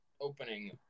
opening